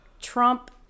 Trump